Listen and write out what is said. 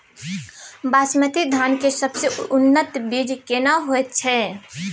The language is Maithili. बासमती धान के सबसे उन्नत बीज केना होयत छै?